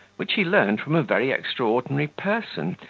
which he learned from a very extraordinary person,